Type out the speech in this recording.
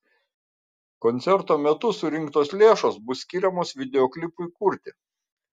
koncerto metu surinktos lėšos bus skiriamos videoklipui kurti